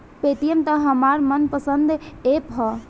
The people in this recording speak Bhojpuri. पेटीएम त हमार मन पसंद ऐप ह